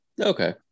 Okay